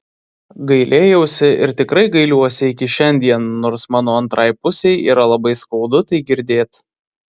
gailėjausi ir tikrai gailiuosi iki šiandien nors mano antrai pusei yra labai skaudu tai girdėt